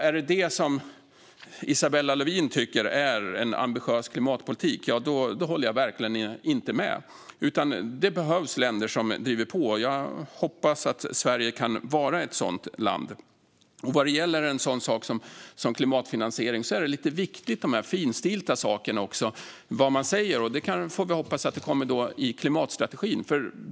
Är det detta som Isabella Lövin tycker är en ambitiös klimatpolitik håller jag verkligen inte med. Det behövs länder som driver på. Jag hoppas att Sverige kan vara ett sådant land. Vad gäller en sak som klimatfinansiering är det lite viktigt vad som sägs i det finstilta. Vi får hoppas att det kommer i klimatstrategin.